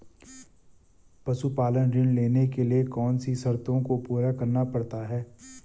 पशुपालन ऋण लेने के लिए कौन सी शर्तों को पूरा करना पड़ता है?